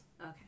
Okay